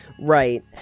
Right